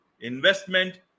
investment